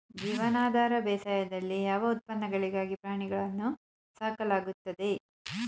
ಜೀವನಾಧಾರ ಬೇಸಾಯದಲ್ಲಿ ಯಾವ ಉತ್ಪನ್ನಗಳಿಗಾಗಿ ಪ್ರಾಣಿಗಳನ್ನು ಸಾಕಲಾಗುತ್ತದೆ?